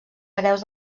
hereus